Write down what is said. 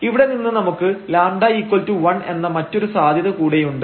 ഇവിടെ നിന്ന് നമുക്ക് λ1 എന്ന മറ്റൊരു സാധ്യത കൂടെ ഉണ്ട്